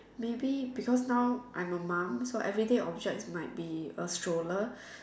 maybe because now I'm a mum so everyday objects might be a stroller